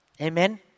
Amen